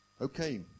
Okay